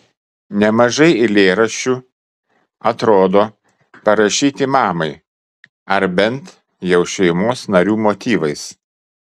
nemažai eilėraščių atrodo parašyti mamai ar bent jau šeimos narių motyvais